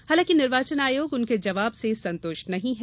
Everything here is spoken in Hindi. हालांकि निर्वाचन आयोग उनके जवाब से संतुष्ट नहीं है